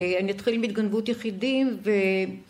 אני אתחיל מהתגנבות יחידים